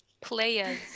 players